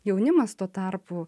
jaunimas tuo tarpu